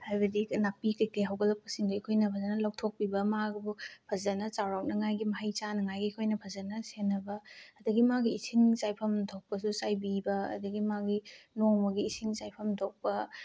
ꯍꯥꯏꯕꯗꯤ ꯅꯥꯄꯤ ꯀꯩꯀꯩ ꯍꯧꯒꯠꯂꯛꯄꯁꯤꯡꯗꯣ ꯑꯩꯈꯣꯏꯅ ꯐꯖꯅ ꯂꯧꯊꯣꯛꯄꯤꯕ ꯃꯥꯕꯨ ꯐꯖꯅ ꯆꯥꯎꯔꯛꯅꯉꯥꯏꯒꯤ ꯃꯍꯩ ꯆꯥꯅꯉꯥꯏꯒꯤ ꯑꯩꯈꯣꯏꯅ ꯐꯖꯅ ꯁꯦꯟꯅꯕ ꯑꯗꯒꯤ ꯃꯥꯒꯤ ꯏꯁꯤꯡ ꯆꯥꯏꯐꯝ ꯊꯣꯛꯄꯁꯨ ꯆꯥꯏꯕꯤꯕ ꯑꯗꯒꯤ ꯃꯥꯒꯤ ꯅꯣꯡꯃꯒꯤ ꯏꯁꯤꯡ ꯆꯥꯏꯐꯝ ꯊꯣꯛꯄ